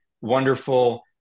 wonderful